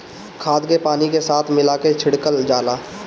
खाद के पानी के साथ मिला के छिड़कल जाला